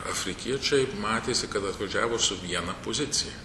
afrikiečiai matėsi kad atvažiavo su viena pozicija